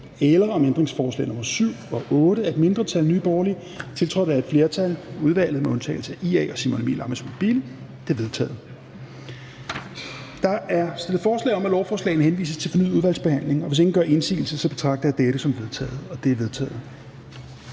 eller om ændringsforslag nr. 7 og 8 af et mindretal (NB), tiltrådt af et flertal (udvalget med undtagelse af IA og Simon Emil Ammitzbøll-Bille (UFG))? Det er vedtaget. Der er stillet forslag om, at lovforslagene henvises til fornyet udvalgsbehandling, og hvis ingen gør indsigelse, betragter jeg dette som vedtaget. Det er vedtaget.